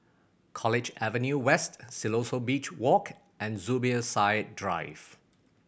College Avenue West Siloso Beach Walk and Zubir Said Drive